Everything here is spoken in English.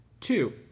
Two